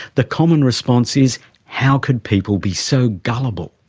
the common response is how could people be so gullible?